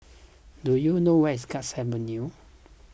do you know where is Guards Avenue